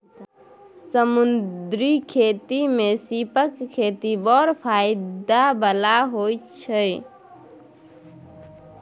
समुद्री खेती मे सीपक खेती बड़ फाएदा बला होइ छै